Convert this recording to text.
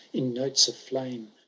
in notes of flame,